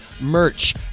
merch